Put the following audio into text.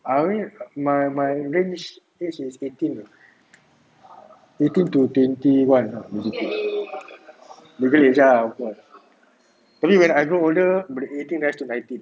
I only my my range age is eighteen eighteen to twenty one ah legal age lah of course tapi when I grow older boleh eighteen has to nineteen